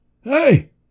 Hey